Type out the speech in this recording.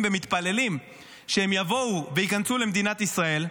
ומתפללים שהם יבואו וייכנסו למדינת ישראל,